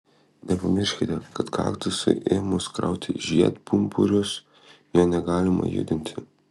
nepamirškite kad kaktusui ėmus krauti žiedpumpurius jo negalima judinti